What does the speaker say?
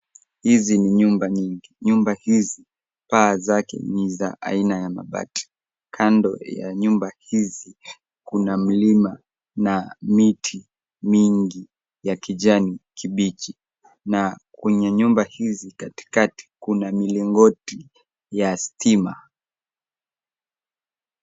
Hizi ni nyumba nyingi. Nyumba hizi paa zake ni za aina ya mabati. Kando ya nyumba hizi kuna milima na miti mingi ya kijani kibichi na kwenye nyumba hizi katikati kuna milingoti ya stima.